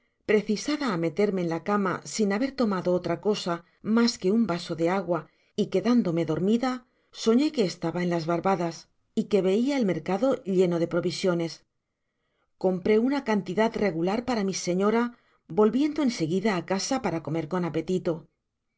precisada á meterme en la cama sm haber tomado otra cosa mas que un vaso de agua y quedándome dormida soñó que estaba en las barbadas y que veia el mercad lleno de provisiones compré una cantidad regular para mi señora volviendo en seguida á casa para comer coa apetito